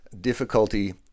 difficulty